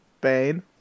Bane